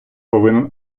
повинен